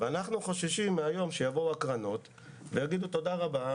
אנחנו חוששים מן היום שיבואו הקרנות ויגידו: תודה רבה,